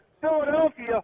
Philadelphia